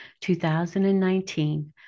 2019